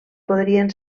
podrien